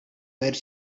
where